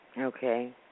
Okay